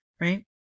right